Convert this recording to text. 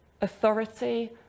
Authority